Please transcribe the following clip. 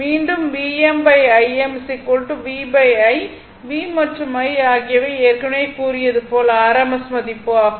மீண்டும் Vm Im v i V மற்றும் I ஆகியவை ஏற்கனவே கூறியது போல் rms மதிப்பு ஆகும்